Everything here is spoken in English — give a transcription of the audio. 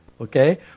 Okay